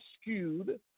skewed